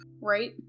Right